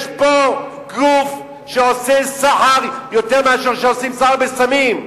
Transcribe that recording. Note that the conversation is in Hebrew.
יש פה גוף שעושה סחר יותר מאשר עושים סחר בסמים.